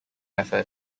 effort